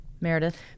Meredith